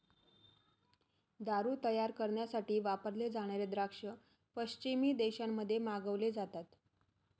दारू तयार करण्यासाठी वापरले जाणारे द्राक्ष पश्चिमी देशांमध्ये मागवले जातात